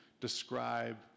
describe